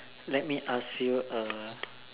let me ask you a